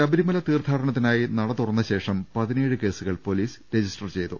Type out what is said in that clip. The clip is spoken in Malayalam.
ശബരിമല തീർത്ഥാടനത്തിനായി നട തുറന്ന ശേഷം പതിനേഴ് കേസുകൾ പൊലീസ് രജിസ്റ്റർ ചെയ്തു